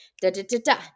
da-da-da-da